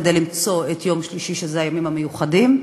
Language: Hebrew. כדי למצוא את יום שלישי שהוא יום הימים המיוחדים,